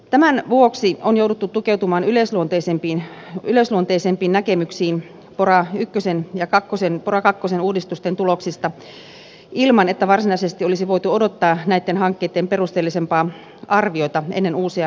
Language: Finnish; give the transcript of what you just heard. tämän vuoksi on jouduttu tukeutumaan yleisluonteisempiin näkemyksiin pora ykkösen ja pora kakkosen uudistusten tuloksista ilman että varsinaisesti olisi voitu odottaa näitten hankkeitten perusteellisempaa arviota ennen uusia toimenpiteitä